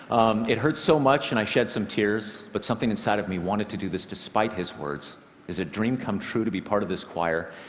it hurt so much, and i shed some tears, but something inside of me wanted to do this despite his words. it is a dream come true to be part of this choir,